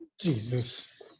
Jesus